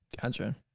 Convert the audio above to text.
Gotcha